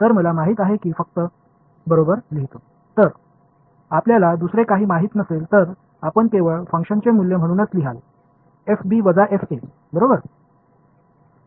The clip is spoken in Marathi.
तर मला माहित आहे की मी फक्त बरोबर लिहितो तर जर आपल्याला दुसरे काही माहित नसेल तर आपण केवळ फंक्शनचे मूल्य म्हणूनच लिहाल fb वजा fa बरोबर